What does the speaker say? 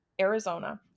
Arizona